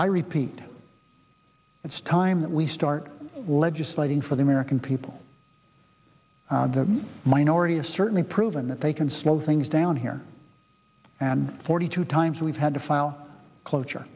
i repeat it's time that we start legislating for the american people the minority is certainly proven that they can slow things down here and forty two times we've had to file